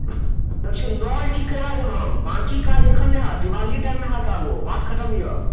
देखु नल ठीक करा देब हम बाकी काज एखन नहि होयत दिवाली टाइममे होयत ओ बात खतम यऽ